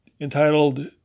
entitled